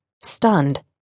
stunned